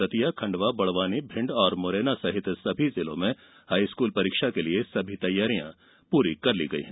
दतिया खंडवा बड़वानी भिंड मुरैना सहित सभी जिलों में हाई स्कूल परीक्षा के लिए सभी तैयारियां पूरी कर ली गई है